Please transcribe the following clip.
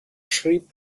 schrieb